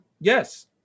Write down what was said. yes